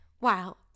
wow